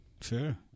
Sure